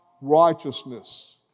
righteousness